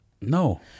No